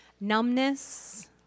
numbness